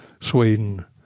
Sweden